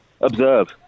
Observe